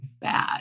bad